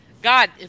god